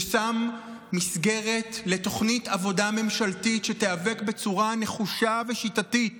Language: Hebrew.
ששם מסגרת לתוכנית עבודה ממשלתית שתיאבק בצורה נחושה ושיטתית